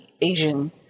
Asian